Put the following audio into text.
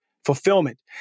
fulfillment